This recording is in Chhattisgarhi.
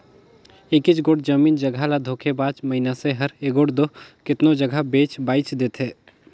एकेच गोट जमीन जगहा ल धोखेबाज मइनसे हर एगोट दो केतनो जगहा बेंच बांएच देथे